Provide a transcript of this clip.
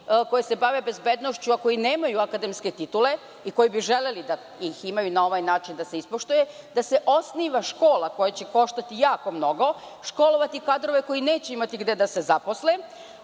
koji se bave bezbednošću, a koji nemaju akademske titule i koji bi želeli da ih imaju da se ispoštuje, da se osniva škola koja će koštati jako mnogo, školovati kadrove koji neće imati gde da se zaposle,